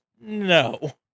No